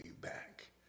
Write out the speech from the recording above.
back